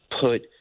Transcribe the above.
put